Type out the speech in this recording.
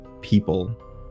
people